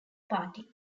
party